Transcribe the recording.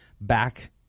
back